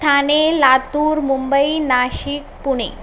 Thane Latur Mumbai Nashik Pune